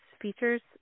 features